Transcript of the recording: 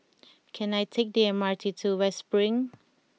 can I take the M R T to West Spring